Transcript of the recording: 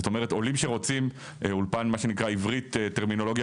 זאת אומרת עולים שרוצים אולפן מה שנקרא עברית טרמינולוגיה